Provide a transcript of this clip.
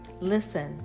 Listen